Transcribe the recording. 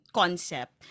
concept